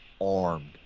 armed